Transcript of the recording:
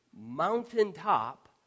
mountaintop